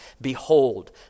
behold